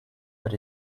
but